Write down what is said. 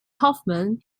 hoffman